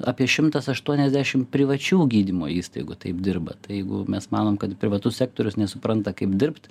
apie šimtas aštuoniasdešim privačių gydymo įstaigų taip dirba tai jeigu mes manom kad privatus sektorius nesupranta kaip dirbt